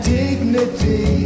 dignity